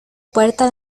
puerta